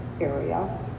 area